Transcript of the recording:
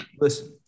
Listen